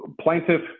plaintiff